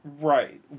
Right